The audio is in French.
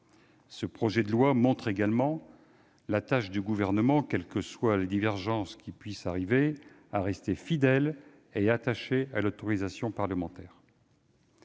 Ce projet de loi montre également l'attachement du Gouvernement, quelles que soient les divergences entre nous, à rester fidèle et attaché à l'autorisation parlementaire.